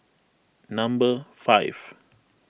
number five